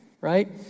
right